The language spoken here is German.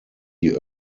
die